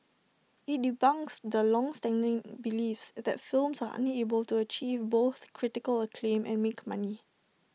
IT debunks the longstanding beliefs that films are unable to achieve both critical acclaim and make money